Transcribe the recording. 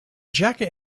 jacket